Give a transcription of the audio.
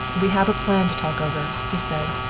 we have a plan to talk over, he said,